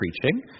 preaching